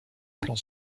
plan